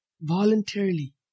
Voluntarily